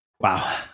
Wow